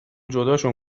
جداشون